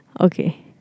okay